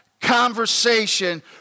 conversation